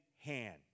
hand